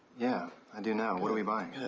yeah. i do now. what are we buying?